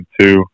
two